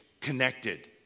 connected